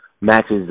matches